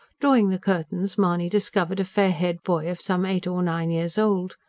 drawing the curtains mahony discovered a fair-haired boy of some eight or nine years old.